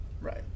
Right